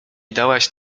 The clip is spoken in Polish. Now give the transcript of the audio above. dałaś